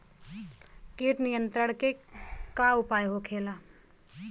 कीट नियंत्रण के का उपाय होखेला?